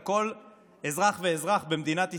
על כל אזרח ואזרח במדינת ישראל.